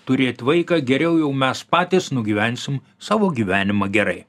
turėt vaiką geriau jau mes patys nugyvensim savo gyvenimą gerai